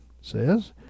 says